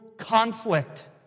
conflict